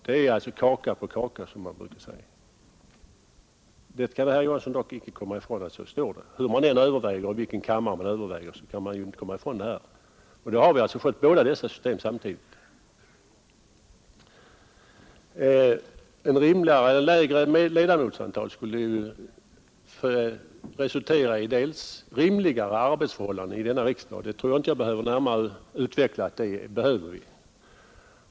Det är kaka på kaka, som man brukar säga. Herr Johansson kan dock icke komma ifrån att så står det — hur man än överväger och i vilken kammare man än överväger. Då har vi fått båda dessa system samtidigt. Ett lägre ledamotsantal skulle ju resultera i att vi fick rimligare arbetsförhållanden i denna riksdag, och jag tror inte jag behöver närmare utveckla att vi behöver det.